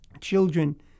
Children